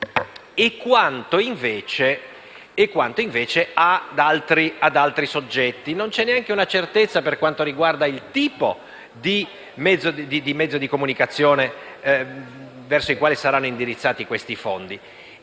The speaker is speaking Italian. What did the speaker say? e quanto, invece, ad altri soggetti. Non c'è neanche una certezza per quanto riguarda il tipo di mezzo di comunicazione verso il quale saranno indirizzati questi fondi: